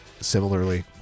similarly